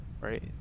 right